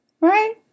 Right